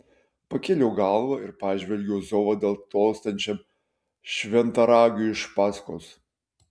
pakėliau galvą ir pažvelgiau zovada tolstančiam šventaragiui iš paskos